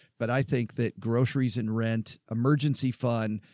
but i think that groceries and rent emergency fund.